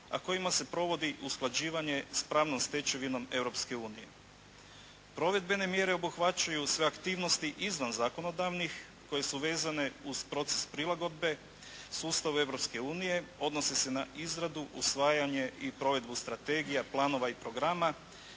a kojima se provodi usklađivanje s pravnom stečevinom Europske unije. Provedbene mjere obuhvaćaju sve aktivnosti izvan zakonodavnih koje su vezane uz proces prilagodbe sustavu Europske unije. Odnosi se na izradu, usvajanje i provedbu strategija, planova i programa,